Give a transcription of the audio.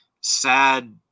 sad